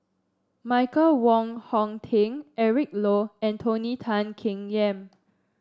Michael Wong Hong Teng Eric Low and Tony Tan Keng Yam